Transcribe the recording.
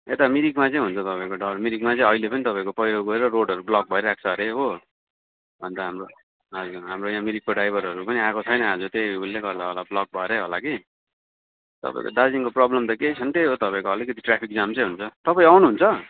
यता मिरिकमा चाहिँ हुन्छ तपाईँको डर मिरिकमा चाहिँ अहिले पनि तपाईँको पहिरो गएर रोडहरू ब्लक भइरहेको छ अरे हो अन्त हाम्रो हजुर हाम्रो यहाँ मिरिकको ड्राइभरहरू पनि आएको छैन आज त्यही उसले गर्दा होला ब्लक भएरै होला कि तपाईँको दार्जिलिङको प्रब्लम त केही छैन त्यही हो तपाईँको अलिकति ट्राफिक जाम चाहिँ हुन्छ तपाईँ आउनुहुन्छ